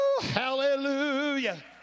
Hallelujah